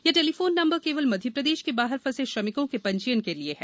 यह telephone number केवल मध्यप्रदेश के बाहर फँसे श्रमिकों के पंजीयन के लिये है